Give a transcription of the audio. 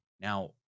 Now